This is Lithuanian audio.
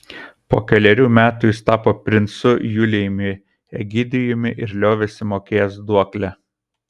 po kelerių metų jis tapo princu julijumi egidijumi ir liovėsi mokėjęs duoklę